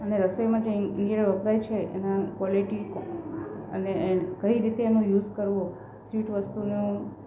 અને રસોઈમાં જે ઇન્ડગ્રેડ વપરાય છે એના કોલેટી અને એ કઈ રીતે એનો યુઝ કરવો સ્વીટ વસ્તુનો